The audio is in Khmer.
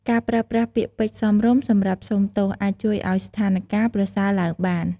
ការប្រើប្រាស់ពាក្យពេចន៍សមរម្យសម្រាប់សូមទោស អាចជួយឱ្យស្ថានការណ៍ប្រសើរឡើងបាន។